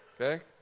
Okay